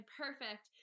perfect